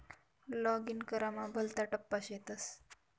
login करामा भलता टप्पा शेतस